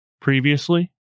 previously